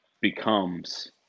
becomes